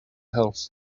health